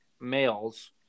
males